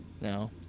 No